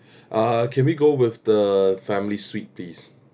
uh can we go with the family suite please